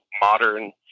modern